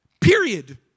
Period